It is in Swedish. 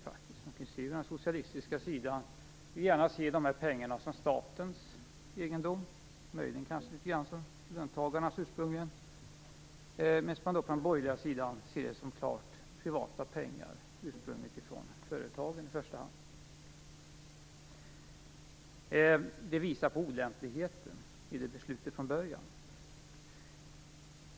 Man kan se hur den socialistiska sidan gärna vill se pengarna som statens egendom, möjligen ursprungligen som löntagarnas. På den borgerliga sidan ser man dem som klart privata pengar, ursprungna från företagen i första hand. Det visar på olämpligheten i beslutet från början.